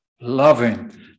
loving